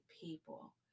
people